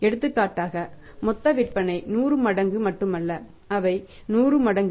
எடுத்துக்காட்டாக மொத்த விற்பனை 10 மடங்கு மட்டுமல்ல அவை 100 மடங்கு